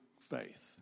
faith